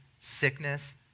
sickness